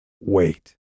Wait